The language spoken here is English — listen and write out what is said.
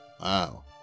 Wow